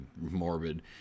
morbid